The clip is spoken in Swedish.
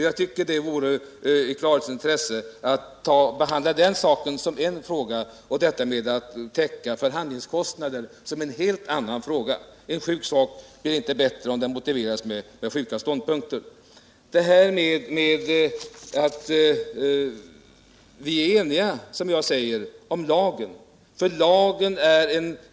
Jag iycker att det vore i klarhetens intresse att behandla den saken som cen fråga för sig och detta med att täcka förhandlingskostnaden som cen helt annan fråga. En sjuk sak blir inte bättre om den motiveras med den sjuka ståndpunkten. : 69 Så några ord om detta att vi, som jag säger, är eniga om lagen.